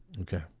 Okay